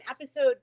episode